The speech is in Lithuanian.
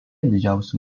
didžiausių